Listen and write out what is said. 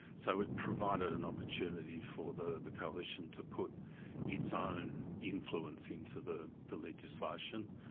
so it provided an opportunity for the the coalition to put its own influence into the the legislation.